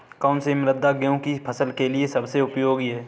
कौन सी मृदा गेहूँ की फसल के लिए सबसे उपयोगी है?